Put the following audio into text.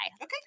Okay